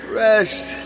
rest